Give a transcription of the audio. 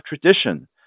tradition